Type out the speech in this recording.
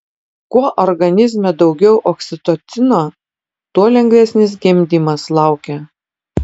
kuo organizme daugiau oksitocino tuo lengvesnis gimdymas laukia